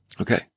Okay